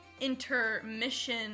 intermission